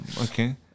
Okay